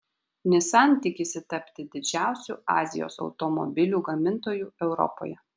nissan tikisi tapti didžiausiu azijos automobilių gamintoju europoje